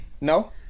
no